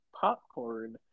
popcorn